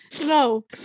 no